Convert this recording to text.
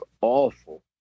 awful